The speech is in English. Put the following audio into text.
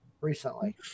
recently